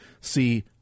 See